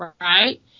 right –